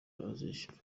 azishyura